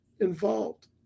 involved